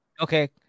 Okay